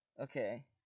Okay